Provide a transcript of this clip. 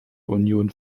union